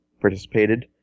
participated